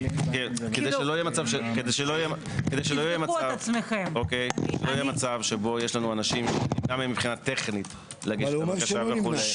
כדי שלא יהיה מצב שבו יש אנשים שנמנע מהם טכנית להגיש בקשה וכו'.